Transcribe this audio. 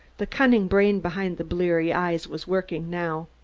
the cunning brain behind the bleary eyes was working now.